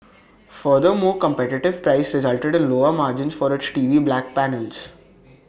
furthermore competitive price resulted in lower margins for its T V back panels